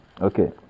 Okay